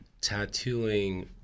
tattooing